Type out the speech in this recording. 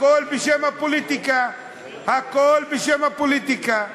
הכול בשם הפוליטיקה, הכול בשם הפוליטיקה.